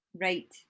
Right